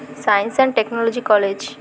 science and technology college